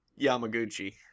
Yamaguchi